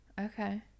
Okay